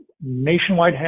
Nationwide